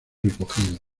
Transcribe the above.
recogido